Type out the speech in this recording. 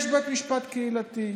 יש בית משפט קהילתי,